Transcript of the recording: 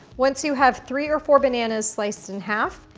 once you have three or four bananas sliced in half,